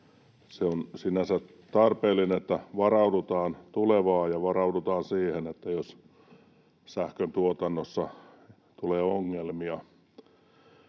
se on sinänsä tarpeellista, että varaudutaan tulevaan ja varaudutaan siihen, että sähkön tuotannossa tulee ongelmia,